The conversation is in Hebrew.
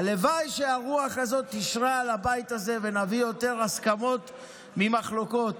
הלוואי שהרוח הזאת תשרה על הבית הזה ונביא יותר הסכמות ממחלוקות